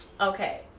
Okay